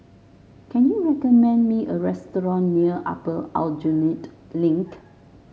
can you recommend me a restaurant near Upper Aljunied Link